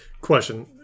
Question